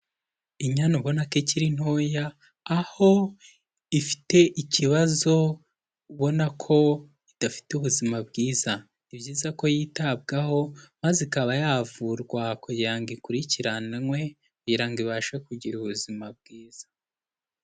Inyana ubona ko ikiri ntoya aho ifite ikibazo ubona ko idafite ubuzima bwiza, ni byiza ko yitabwaho maze ikaba yavurwa ku ngira ngo ikurikiranwe kugira ngo ibashe kugira ubuzima bwiza.